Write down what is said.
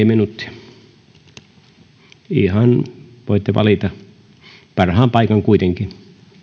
minuuttia ihan voitte valita parhaan paikan kuitenkin